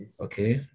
Okay